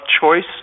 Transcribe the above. choice